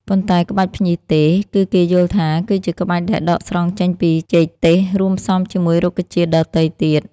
ប៉ុន្តែក្បាច់ភ្ញីទេស គឺគេយល់ថាគឺជាក្បាច់ដែលដកស្រង់ចេញពីចេកទេស រួមផ្សំជាមួយរុក្ខជាតិដ៏ទៃទៀត។